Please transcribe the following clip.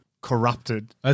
corrupted